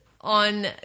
on